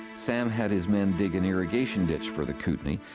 sam had his men dig an irrigation ditch for the kootenay,